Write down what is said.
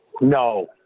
No